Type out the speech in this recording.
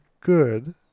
good